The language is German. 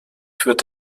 führt